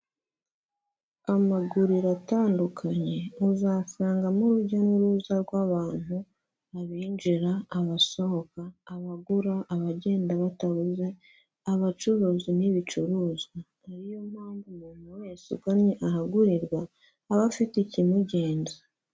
Amaguriro atandukanye, muzasangamo urujya n'uruza rw'abantu abinjira, abasohoka, abagura, abagenda bataguze, abacuruzi n'ibicuruzwa. Ari yo mpamvu umuntu wese ugannye ahagurirwa aba afite ikimugenza.